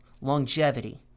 longevity